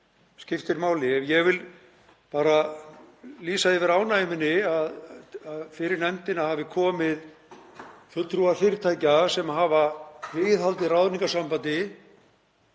skipti máli. Ég vil bara lýsa yfir ánægju minni að fyrir nefndina hafi komið fulltrúar fyrirtækja sem hafa viðhaldið ráðningarsambandi